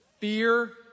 Fear